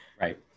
Right